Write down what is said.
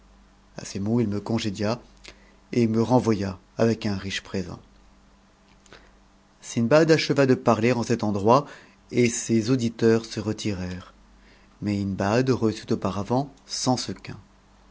a ces mots il me congédia et me repavec un riche présent sindbad acheva de parier en cet endroit et ses auditeurs s t jjjitii mindbad reçut auparavant cent sequins